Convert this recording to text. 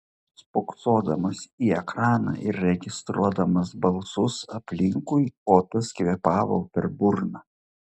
spoksodamas į ekraną ir registruodamas balsus aplinkui otas kvėpavo per burną